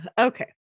Okay